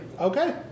Okay